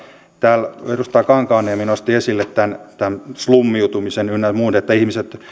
täällä edustaja kankaanniemi nosti esille tämän slummiutumisen ynnä muun että ihmiset